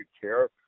care